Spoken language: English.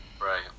Right